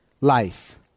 life